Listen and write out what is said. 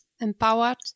empowered